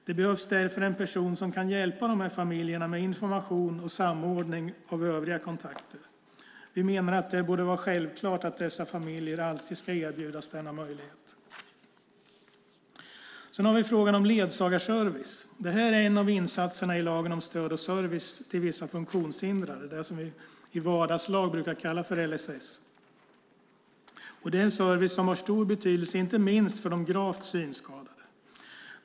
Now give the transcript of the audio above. Det behövs därför en person som kan hjälpa familjerna med information och samordning av övriga kontakter. Vi menar att det borde vara självklart att dessa familjer alltid ska erbjudas denna möjlighet. Sedan har vi frågan om ledsagarservice. Detta är en av insatserna i lagen om stöd och service till vissa funktionshindrade, alltså det vi i vardagslag brukar kalla LSS. Det är en service som har stor betydelse inte minst för de gravt synskadade.